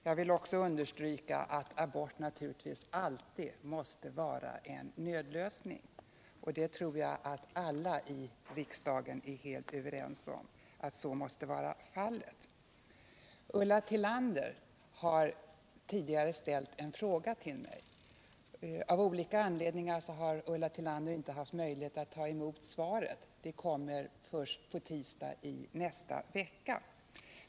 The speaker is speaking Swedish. Jag vill också understryka att abort alltid måste vara en nödlösning, och jag tror att alla i riksdagen är helt överens om att så måste vara fallet. Ulla Tillander har tidigare ställt en fråga till mig. Av olika anledningar har Ulla Tillander inte haft möjlighet att ta emot svaret. Det kommer först på tisdag i nästa vecka.